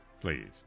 Please